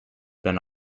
been